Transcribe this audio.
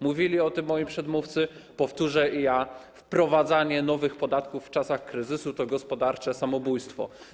Mówili o tym moi przedmówcy, powtórzę i ja: wprowadzanie nowych podatków w czasach kryzysu to gospodarcze samobójstwo.